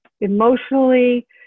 emotionally